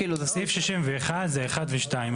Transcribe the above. זה סעיף 61, זה 1 -2.